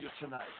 tonight